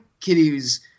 Kitty's